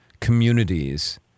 communities